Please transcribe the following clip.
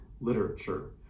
literature